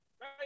Right